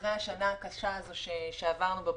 אחרי השנה הקשה הזו שעברנו בבריאות,